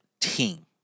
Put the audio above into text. team